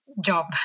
job